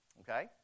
Okay